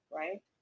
right